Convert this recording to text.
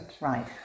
Right